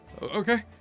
okay